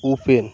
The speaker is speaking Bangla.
উপেন